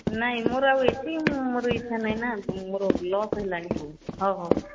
ନାଇଁ ମୋର ଆଉ ଏଠି ମୋର ଇଚ୍ଛା ନାହିଁ ନା ମୋର ଲସ୍ ହେଲାଣି ବହୁତ ହଉ ହଉ